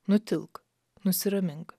nutilk nusiramink